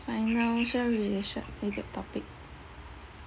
financial relation related topic